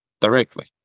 directly